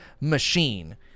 machine